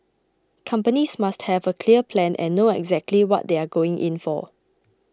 companies must have a clear plan and know exactly what they are going in for